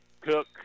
Cook